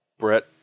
Brett